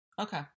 Okay